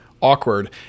awkward